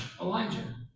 Elijah